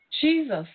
Jesus